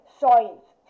science